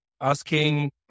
asking